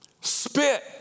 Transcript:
spit